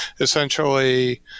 essentially